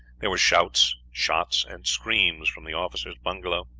there were shouts, shots, and screams from the officers' bungalows,